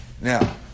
Now